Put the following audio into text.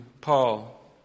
Paul